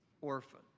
orphan